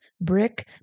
brick